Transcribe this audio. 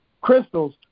crystals